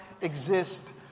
exist